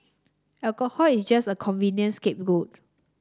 alcohol is just a convenient scapegoat